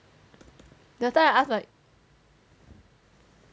that's why I ask like